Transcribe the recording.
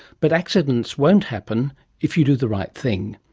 but accidents won't happen if you do the right thing.